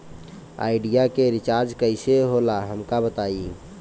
Idea के recharge कईसे होला हमका बताई?